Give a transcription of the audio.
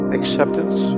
acceptance